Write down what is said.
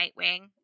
Nightwing